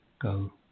go